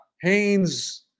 Haynes